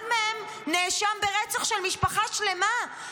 אחד מהם נאשם ברצח של משפחה שלמה,